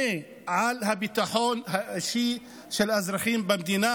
על הביטחון האישי של האזרחים במדינה,